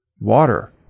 water